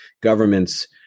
governments